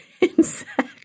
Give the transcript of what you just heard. insects